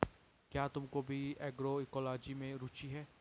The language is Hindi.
क्या तुमको भी एग्रोइकोलॉजी में रुचि है?